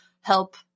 help